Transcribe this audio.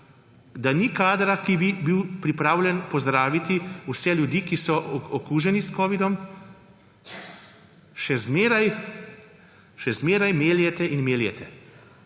da ni kadra, ki bi bil pripravljen pozdraviti vse ljudi, ki so okuženi s covidom-19, še zmeraj meljete in meljete.